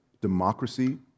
democracy